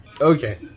Okay